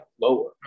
lower